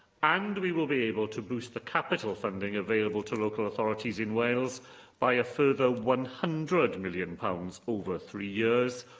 and we will be able to boost the capital funding available to local authorities in wales by a further one hundred million pounds over three years,